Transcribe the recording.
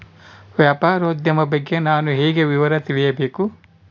ವ್ಯಾಪಾರೋದ್ಯಮ ಬಗ್ಗೆ ನಾನು ಹೇಗೆ ವಿವರ ತಿಳಿಯಬೇಕು?